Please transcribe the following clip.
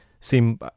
seem